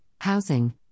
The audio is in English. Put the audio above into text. housing